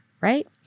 Right